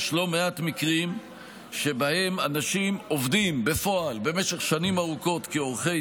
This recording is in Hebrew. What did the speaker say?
יש לא מעט מקרים שבהם אנשים עובדים בפועל במשך שנים ארוכות כעורכי